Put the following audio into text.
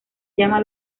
llama